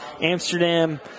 Amsterdam